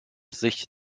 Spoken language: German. sich